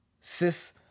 cis